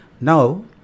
Now